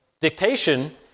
dictation